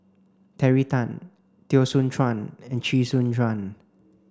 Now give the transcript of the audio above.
Terry Tan Teo Soon Chuan and Chee Soon Juan